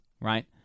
right